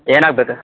ಏನಾಗ್ಬೇಕು